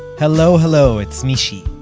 hello hello, it's mishy.